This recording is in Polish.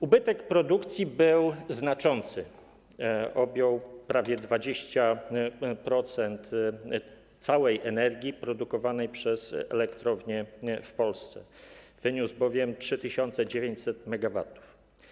Ubytek produkcji był znaczący, objął bowiem prawie 20% całej energii produkowanej przez elektrownie w Polsce i wyniósł 3900 MW.